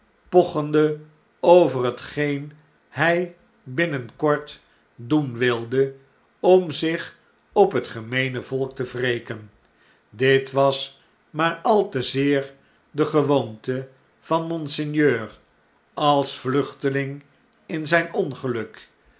pochende over hetgeen hy binnenkort doen wilde om zich op het gemeene volk te wreken dit was maar al te zeer de gewoonte van monseigneur als vluchteling in zyn ongeluk